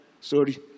sorry